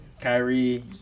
Kyrie